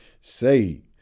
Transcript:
Say